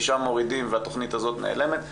משם מורידים והתוכנית הזו נעלמת.